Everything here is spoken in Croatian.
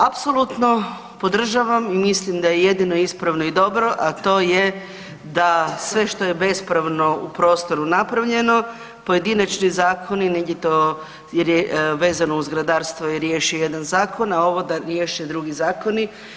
Apsolutno podržavam i mislim da je jedino ispravno i dobro, a to je da sve što je bespravno u prostoru napravljeno pojedinačni zakoni negdje to jer je vezano uz zgradarstvo je riješio jedan zakon, a ovo da riješe drugi zakoni.